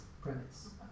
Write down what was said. premise